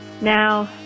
Now